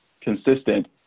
consistent